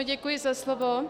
Děkuji za slovo.